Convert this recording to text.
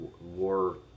war